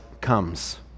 comes